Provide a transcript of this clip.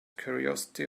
curiosity